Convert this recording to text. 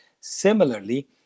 Similarly